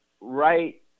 right